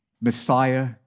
Messiah